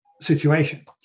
situation